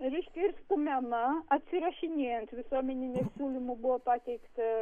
reiškia ir stumiama atsirašinėjant visuomeniniu siūlymu buvo pateikta